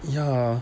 ya